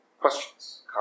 Questions